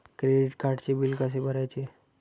Credit कार्डचे bill कसे भरायचे?